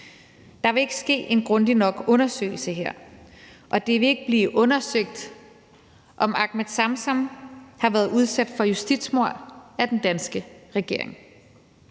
Der vil ikke ske en grundig nok undersøgelse her, og det vil ikke blive undersøgt, om Ahmed Samsam har været udsat for justitsmord af den danske regering